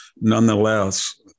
nonetheless